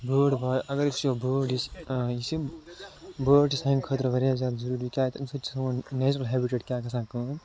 بٲڈ وا اَگر أسۍ وُچھٕو بٲڈ یُس یِم بٲڈ چھِ سانہِ خٲطرٕ واریاہ زیادٕ ضُروٗری کیٛاہ أمۍ سۭتۍ چھِ سون نٮ۪چرَل ہٮ۪بِٹیٹ کیٛاہ گژھان کٲم